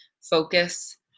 focus